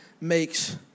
makes